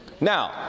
Now